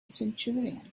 centurion